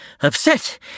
upset